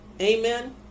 Amen